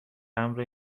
مبر